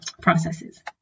processes